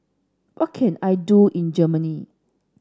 what can I do in Germany